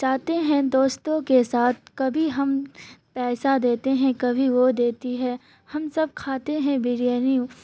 چاہتے ہیں دوستوں کے ساتھ کبھی ہم پیسہ دیتے ہیں کبھی وہ دیتی ہے ہم سب کھاتے ہیں بریانی